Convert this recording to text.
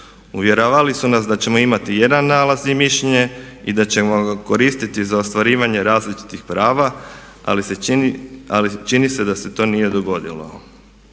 Uvjeravali su nas da ćemo imati jedan nalaz i mišljenje i da ćemo ga koristiti za ostvarivanje različitih prava ali se čini da se to nije dogodilo.